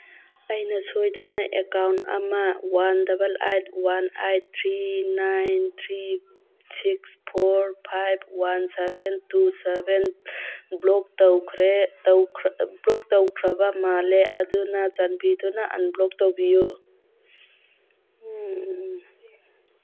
ꯑꯩꯅ ꯁꯣꯏꯗꯅ ꯑꯦꯀꯥꯎꯟ ꯑꯃ one double eight one eight three nine three six four five one seven two seven block ꯇꯧꯈ꯭ꯔꯦ block ꯇꯧꯈ꯭ꯔꯕ ꯃꯥꯜꯂꯦ ꯆꯥꯟꯕꯤꯗꯨꯅ ꯑꯟꯕ꯭ꯂꯣꯛ ꯇꯧꯕꯤꯌꯨ